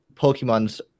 Pokemon's